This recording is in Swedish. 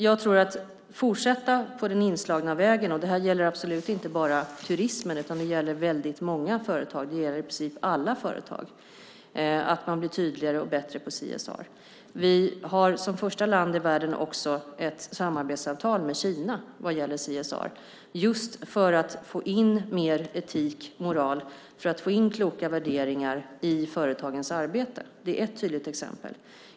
Jag tror att man ska fortsätta på den inslagna vägen, och det gäller absolut inte bara turismen, utan det gäller väldigt många företag. Det gäller i princip alla företag. Man bör bli tydligare och bättre på CSR. Vi har som första land i världen också ett samarbetsavtal med Kina vad gäller CSR för att just få in mer etik, moral och kloka värderingar i företagens arbete. Det är ett tydligt exempel.